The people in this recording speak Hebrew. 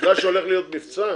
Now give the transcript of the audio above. בגלל שהולך להיות מבצע,